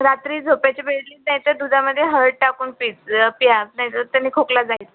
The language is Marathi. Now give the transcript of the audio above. रात्री झोपेच्या वेळी नाहीतर दुधामध्ये हळद टाकून पीत जा प्या त्याच्याने खोकला जाईल